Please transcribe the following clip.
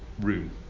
room